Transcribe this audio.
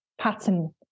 pattern